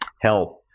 health